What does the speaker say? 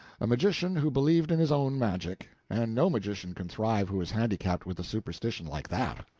a magician who believed in his own magic and no magician can thrive who is handicapped with a superstition like that.